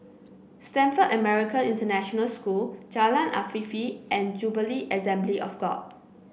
Stamford American International School Jalan Afifi and Jubilee Assembly of God